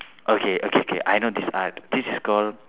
okay okay K I know this art this is called